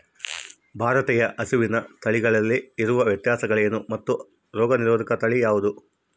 ಭಾರತೇಯ ಹಸುವಿನ ತಳಿಗಳಲ್ಲಿ ಇರುವ ವ್ಯತ್ಯಾಸಗಳೇನು ಮತ್ತು ರೋಗನಿರೋಧಕ ತಳಿ ಯಾವುದು?